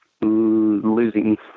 Losing